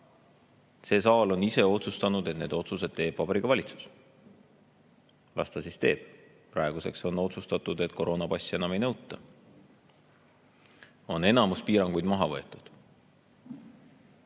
See saal on ise otsustanud, et need otsused teeb Vabariigi Valitsus. Las ta siis teeb. Praeguseks on otsustatud, et koroonapassi enam ei nõuta. Enamus piiranguid on maha võetud.